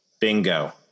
Bingo